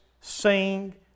sing